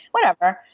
whatever.